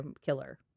killer